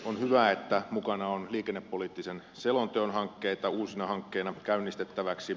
on hyvä että mukana on liikennepoliittisen selonteon hankkeita uusina hankkeina käynnistettäviksi